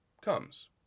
comes